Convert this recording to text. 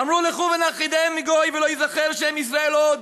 אמרו לכו ונכחידם מגוי ולא יזכר שם ישראל עוד".